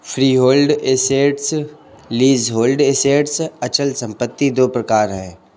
freehold assets, leasehold assets अचल संपत्ति दो प्रकार है